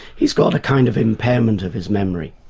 he's got a kind of impairment of his memory,